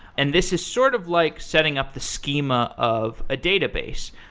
and this is sort of like setting up the schema of a database.